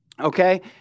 Okay